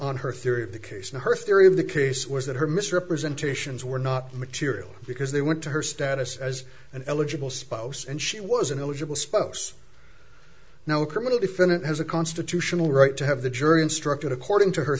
on her theory of the case and her theory of the case was that her misrepresentations were not material because they went to her status as an eligible spouse and she wasn't eligible spouse now a criminal defendant has a constitutional right to have the jury instruction according to her